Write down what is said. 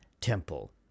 temple